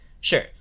Sure